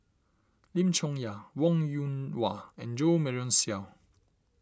Lim Chong Yah Wong Yoon Wah and Jo Marion Seow